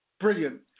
Brilliant